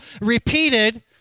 repeated